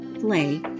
play